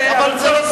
אדוני השר הנכבד,